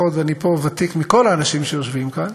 ואני פה ותיק מכל האנשים שיושבים כאן,